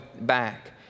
back